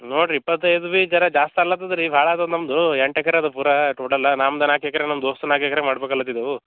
ನೋಡಿ ರಿ ಇಪ್ಪತೈದು ಬಿ ಝರ ಜಾಸ್ತಿ ಆಲತದ ರೀ ಬಾಳ ಅದಾವೆ ನಮ್ಮದು ಎಂಟು ಎಕ್ರೆ ಅದು ಪೂರಾ ಟೋಟಲ್ಲ ನಮ್ದು ನಾಲ್ಕು ಎಕ್ರೆ ನಮ್ದು ದೋಸ್ತುದ್ದು ನಾಲ್ಕು ಎಕ್ರೆ ಮಾಡಬೇಕಲ್ಲತ್ತಿದೇವು